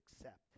accept